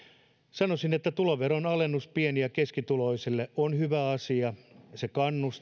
että tuloveron alennus pieni ja keskituloisille on hyvä asia se kannustaa ja se on eteenpäinvievää se on